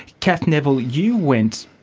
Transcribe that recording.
cath neville, you went,